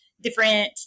different